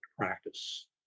practice